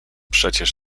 przecież